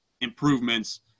improvements